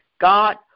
God